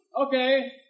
Okay